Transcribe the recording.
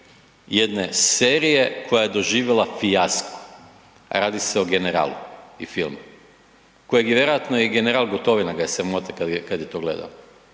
jedne serije koja je doživjela fijasko, radi se o „Generalu“ i filmu kojeg je vjerojatno i general Gotovina ga je sramota kad je to gledao.